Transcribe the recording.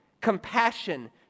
Compassion